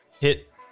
hit